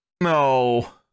no